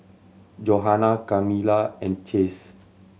Johana Kamila and Chase